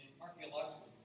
archaeological